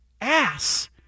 ass